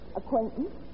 acquaintance